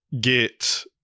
get